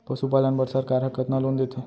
पशुपालन बर सरकार ह कतना लोन देथे?